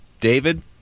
David